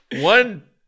one